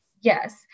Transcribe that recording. Yes